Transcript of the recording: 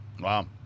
Wow